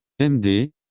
MD